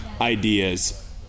ideas